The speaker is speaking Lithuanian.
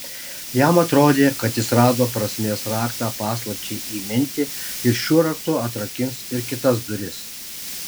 jam atrodė kad jis rado prasmės raktą paslapčiai įminti ir šiuo raktu atrakins ir kitas duris